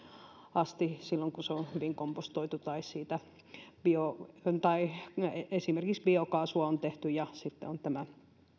asti silloin kun se on hyvin kompostoitu tai siitä on tehty esimerkiksi biokaasua ja sitten on tämä